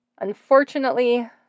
Unfortunately